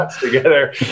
together